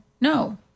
no